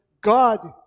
God